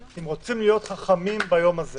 אם רוצים להיות חכמים ביום הזה